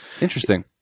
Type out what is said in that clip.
Interesting